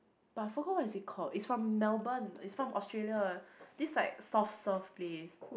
but I forgot what is it called is from Melbourne is from Australia this like soft served place